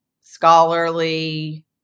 scholarly